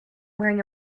wearing